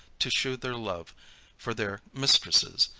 to shew their love for their mistresses,